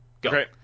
Go